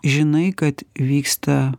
žinai kad vyksta